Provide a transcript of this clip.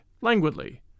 languidly